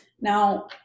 Now